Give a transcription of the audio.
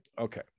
Okay